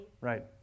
right